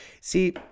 See